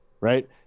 right